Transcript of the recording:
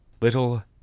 Little